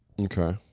Okay